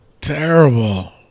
terrible